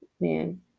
Man